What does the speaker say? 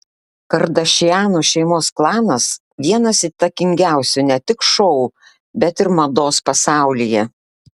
kardašianų šeimos klanas vienas įtakingiausių ne tik šou bet ir mados pasaulyje